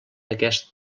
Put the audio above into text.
aquest